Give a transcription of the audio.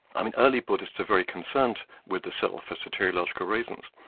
um and early buddhists are very concerned with the self, for soteriological reasons.